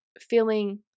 feeling